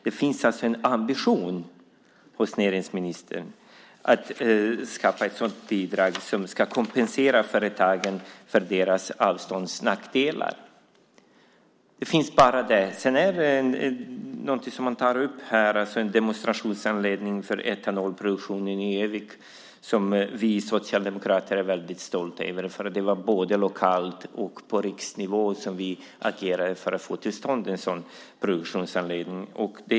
Det finns en ambition hos näringsministern att skapa ett sådant bidrag som ska kompensera företagen för deras avståndsnackdelar. Sedan talas det om en demonstrationsanläggning för etanolproduktion i Örnsköldsvik. Den är vi socialdemokrater mycket stolta över. Vi agerade både lokalt och på riksnivå för att få till stånd en sådan produktionsanläggning.